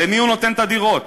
למי הוא נותן את הדירות?